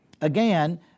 again